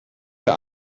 der